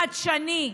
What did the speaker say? חדשני,